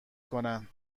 کنن